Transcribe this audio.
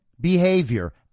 behavior